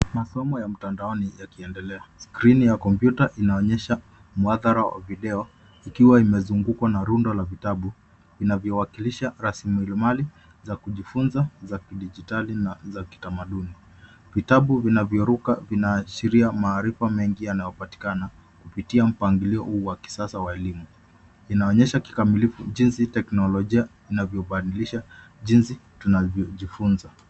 Masomo ya mtandaoni yakiendelea. Skrini ya kompyuta inaonyesha muhadhara wa video ikiwa imezungukwa na rundo la vitabu vinavyowakilisha rasilimali za kujifunza za kidijitali na za kitamaduni. Vitabu vinavyoruka vinaashiria maarifa mengi yanayopatikana kupitia mpangilio huu wa kisasa wa elimu. Inaonyesha kikamilifu jinsi teknolojia inavyobadilisha jinsi tunavyojifunza.